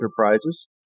Enterprises